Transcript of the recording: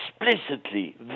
explicitly